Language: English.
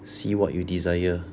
see what you desire